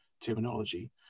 terminology